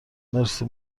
مرسی